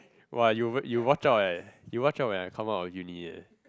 !wah! you you watch out eh you watch out when I come out of uni eh